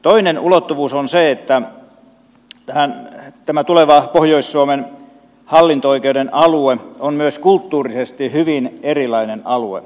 toinen ulottuvuus on se että tämä tuleva pohjois suomen hallinto oikeuden alue on myös kulttuurisesti hyvin erilainen alue